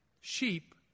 sheep